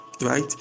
right